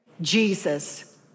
Jesus